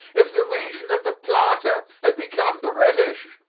if the region of the plata had become british,